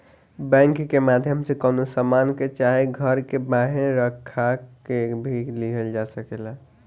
bank के माध्यम से कवनो सामान के चाहे घर के बांहे राख के भी लिहल जा सकेला